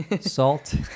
salt